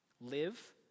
live